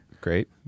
Great